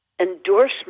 endorsement